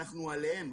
אנחנו עליהם.